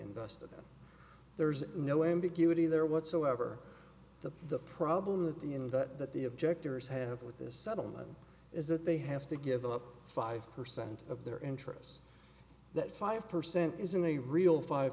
invested there's no ambiguity there whatsoever to the problem that the and that the objectors have with this settlement is that they have to give up five percent of their interests that five percent isn't a real five